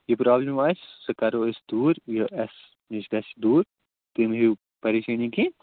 یہِ پرٛابلِم آسہِ سُہ کَرو أسۍ دوٗر یہِ اَسہِ نِش گژھِ دوٗر تُہۍ مہٕ ہیٚیِو پریشٲنی کیٚنہہ